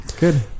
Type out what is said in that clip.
Good